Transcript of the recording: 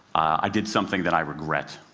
i did something that i regret,